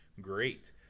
great